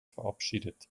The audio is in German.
verabschiedet